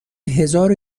هزارو